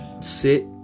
sit